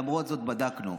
למרות זאת, בדקנו.